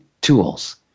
tools